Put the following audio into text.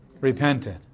repented